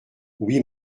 oui